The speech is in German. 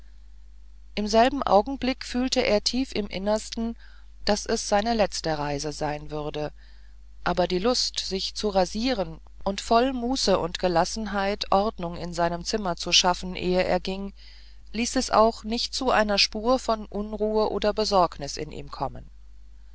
im selben augenblick fühlte er tief im innersten daß es seine letzte reise sein würde aber die lust sich zu rasieren und voll muße und gelassenheit ordnung in seinem zimmer zu schaffen ehe er ging ließ es auch nicht zu einer spur von unruhe oder besorgnis in ihm kommen